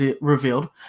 revealed